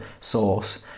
source